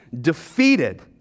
defeated